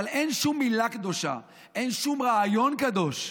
אבל אין שום מילה קדושה, אין שום רעיון קדוש.